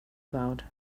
about